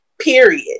period